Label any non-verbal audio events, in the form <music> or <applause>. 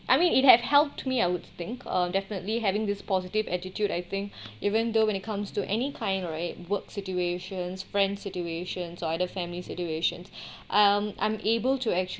I mean it have helped me I would think uh definitely having this positive attitude I think <breath> even though when it comes to any kind right work situations friend situations or either family situations <breath> um unable to actually